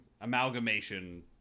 amalgamation